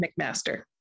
mcmaster